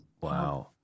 Wow